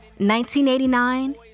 1989